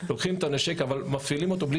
לוקחים את הנשק אבל מפעילים אותו בלי